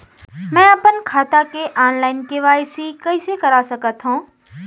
मैं अपन खाता के ऑनलाइन के.वाई.सी कइसे करा सकत हव?